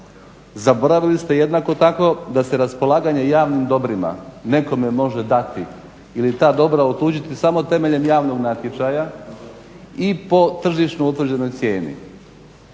Zaboravili ste jednako tako da se raspolaganje javnim dobrima nekome može dati ili ta dobra otuđiti samo temeljem javnog natječaja i po tržišno utvrđenoj cijeni.